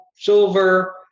silver